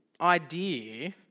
idea